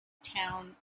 town